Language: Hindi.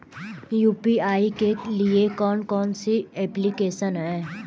यू.पी.आई के लिए कौन कौन सी एप्लिकेशन हैं?